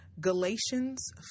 Galatians